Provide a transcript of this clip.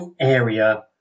area